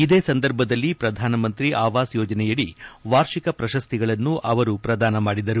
ಇದೇ ಸಂದರ್ಭದಲ್ಲಿ ಪ್ರಧಾನ ಮಂತ್ರಿ ಆವಾಸ್ ಯೋಜನೆಯಡಿ ವಾರ್ಷಿಕ ಪ್ರಶಸ್ತಿಗಳನ್ನೂ ಅವರು ಪ್ರದಾನ ಮಾಡಿದರು